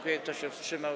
Kto się wstrzymał?